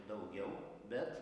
daugiau bet